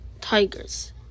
Tigers